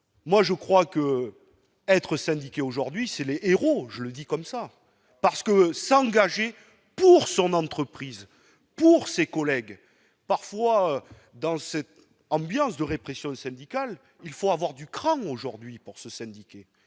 Moi je crois que être syndiqué, aujourd'hui c'est le héros, je le dis comme ça, parce que s'engager pour son entreprise pour ses collègues parfois dans cette ambiance de répression syndicale, il faut avoir du cran aujourd'hui pour se syndiquer,